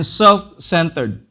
self-centered